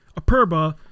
Aperba